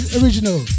original